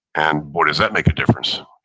and boy, does that make a difference,